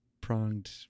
pronged